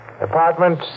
apartment